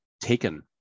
taken